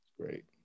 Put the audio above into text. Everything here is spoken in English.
great